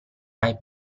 mai